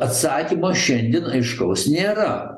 atsakymo šiandien aiškaus nėra